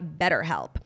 BetterHelp